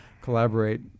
collaborate